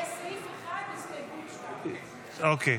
סעיף 1, הסתייגות 2. אוקיי,